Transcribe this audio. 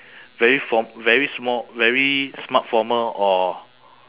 very form~ very sma~ very smart formal or